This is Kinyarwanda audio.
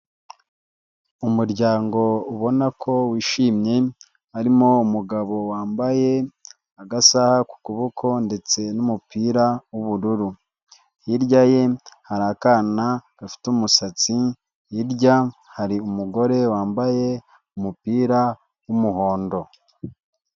Umuryango ubona ko wishimye arimo umugabo wambaye agasaha ku kuboko ndetse n'umupira w'ubururu, hirya ye hari akana gafite umusatsi, hirya hari umugore wambaye umupira w'umuhondo.